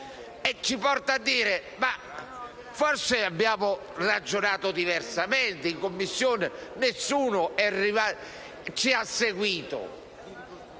ci porta a dire che forse abbiamo ragionato diversamente in Commissione e nessuno ci ha seguito.